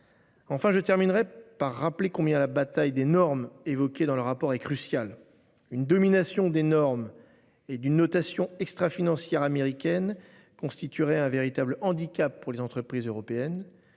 Enfin, je terminerai par rappeler combien la bataille des normes évoqués dans le rapport est crucial. Une domination des normes. Et d'une notation extra-financière américaine constituerait un véritable handicap pour les entreprises européennes.